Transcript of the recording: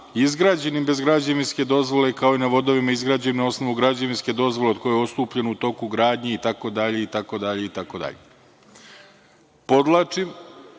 izgrađenim bez građevinske dozvole kao i na vodovima izgrađenim na osnovu građevinske dozvole od koje je odstupljeno u toku gradnje“, itd, itd. Podvlačim,